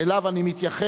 שאליו אני מתייחס